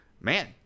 man